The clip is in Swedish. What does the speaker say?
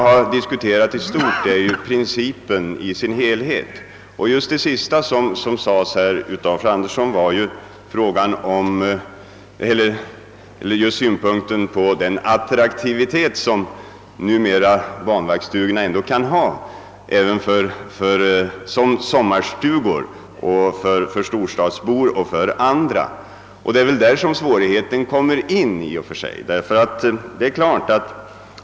Det sista som fröken Anderson nämnde gällde den attraktivitet som banvaktsstugorna numera kan ha även som sommarstugor för storstadsbor och för andra, och det är väl därvidlag som svårigheten kommer in.